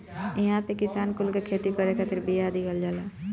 इहां पे किसान कुल के खेती करे खातिर बिया दिहल जाला